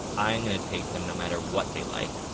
i'm going to take them no matter what they like.